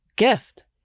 gift